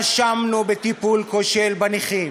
אשמנו בטיפול כושל בנכים.